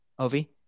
Ovi